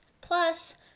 plus